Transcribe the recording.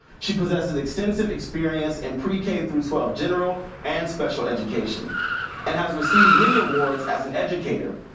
she possesses extensive experience in pre-k through twelve general and special education and has received many awards as an educator,